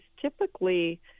typically